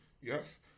Yes